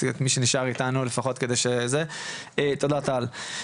תודה טל.